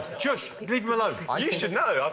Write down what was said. shush, leave him alone. ah you should know.